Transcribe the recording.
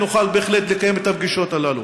ונוכל בהחלט לקיים את הפגישות הללו.